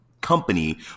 company